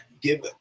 Give